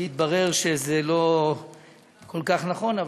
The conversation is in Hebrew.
והתברר שזה לא כל כך נכון.